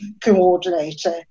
coordinator